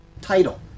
title